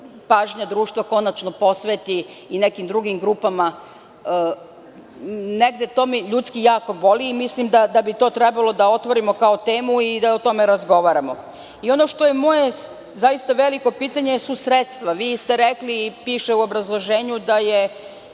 pažnja društva konačno posveti i nekim drugim grupama. To me negde ljudski jako boli i mislim da bi to trebalo otvorimo kao temu i da o tome razgovaramo. Ono što je moje veliko pitanje su sredstva. Vi ste rekli i piše u obrazloženju da je